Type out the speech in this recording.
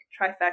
trifecta